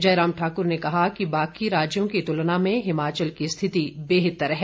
जयराम ठाक्र ने कहा कि बाकि राज्यों की तुलना में हिमाचल की स्थिति बेहतर है